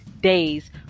days